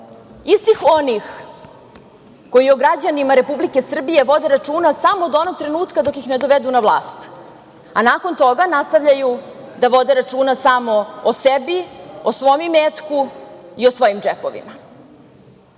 Istih onih koji o građanima Republike Srbije vode računa samo do onog trenutka dok ih ne dovedu na vlast, a nakon toga nastavljaju da vode računa samo o sebi, o svom imetku i o svojim džepovima. Isti